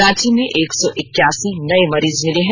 रांची में एक सौ इक्यासी नए मरीज मिले हैं